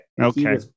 Okay